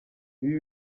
ibi